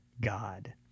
God